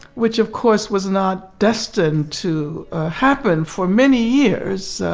which, of course, was not destined to happen for many years.